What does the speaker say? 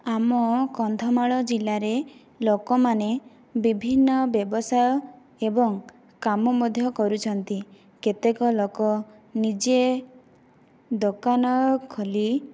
ଆମ କନ୍ଧମାଳ ଜିଲ୍ଲାରେ ଲୋକମାନେ ବିଭିନ୍ନ ବ୍ୟବସାୟ ଏବଂ କାମ ମଧ୍ୟ କରୁଛନ୍ତି କେତେକ ଲୋକ ନିଜେ ଦୋକାନ ଖୋଲି